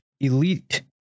elite